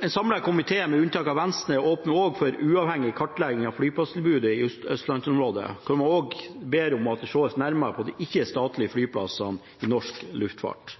En samlet komité med unntak av Venstre åpner også for en uavhengig kartlegging av flyplasstilbudet i østlandsområdet, og man ber også om at det sees nærmere på de ikke-statlige flyplassenes plass i norsk luftfart.